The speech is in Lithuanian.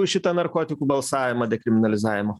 už šitą narkotikų balsavimą dekriminalizavimo